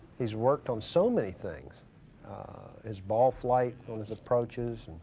he's worked on. so many things his ball-flight on his approaches